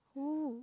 oh